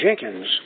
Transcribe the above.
Jenkins